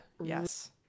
yes